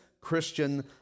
Christian